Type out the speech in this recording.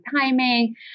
timing